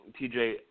TJ